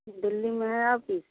दिल्ली में है ऑपिस